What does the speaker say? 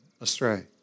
astray